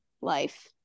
life